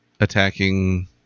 attacking